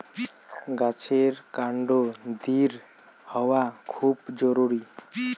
গাছের কান্ড দৃঢ় হওয়া খুব জরুরি